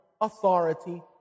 authority